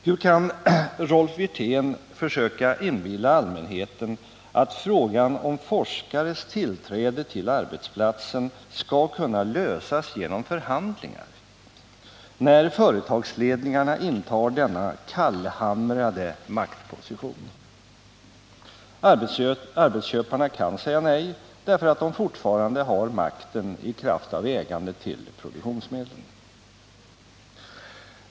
Hur kan Rolf Wirtén försöka inbilla allmänheten att frågan om forskares tillträde till arbetsplatsen skall kunna lösas genom förhandlingar, när företagsledningarna intar denna kallhamrade maktposition? Arbetsköparna kan säga nej, därför att de fortfarande har makten i kraft av ägandet till produktionsmedlen.